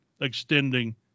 extending